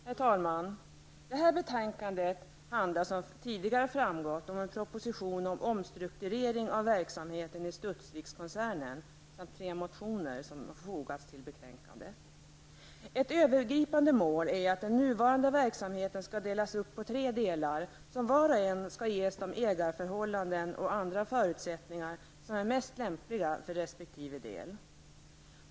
Herr talman! I detta betänkande behandlas, som framgått av tidigare talare, en proposition om omstrukturering av verksamheten i Studsvikskoncernen samt tre motioner. Ett övergripande mål är att den nuvarande verksamheten skall delas upp på tre delar, som var och en skall ges de ägarförhållanden och andra förutsättningar som är mest lämpliga för resp. del.